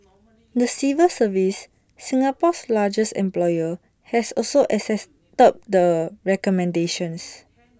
the civil service Singapore's largest employer has also accepted the recommendations